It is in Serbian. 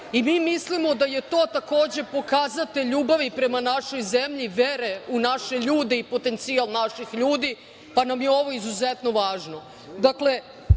I mi mislimo da je to takođe pokazatelj ljubavi prema našoj zemlji, vere u naše ljude i potencijal naših ljudi, pa nam je ovo izuzetno važno.